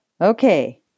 Okay